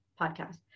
Podcast